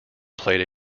played